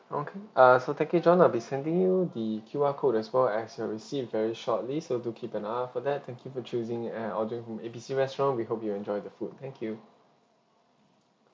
okay err so thank you john I'll be sending you the Q_R code as well as your receipt very shortly so do keep an eye for that thank you for choosing and ordering from A B C restaurant we hope you enjoy the food thank you